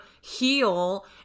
heal